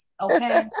Okay